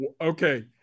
Okay